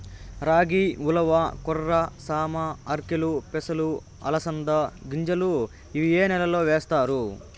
రాగి, ఉలవ, కొర్ర, సామ, ఆర్కెలు, పెసలు, అలసంద గింజలు ఇవి ఏ నెలలో వేస్తారు?